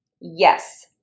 Yes